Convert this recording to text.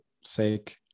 sake